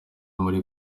muri